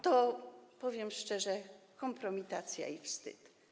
To, powiem szczerze, kompromitacja i wstyd.